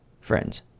friends